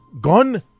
gone